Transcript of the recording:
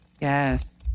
Yes